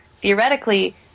theoretically